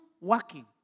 working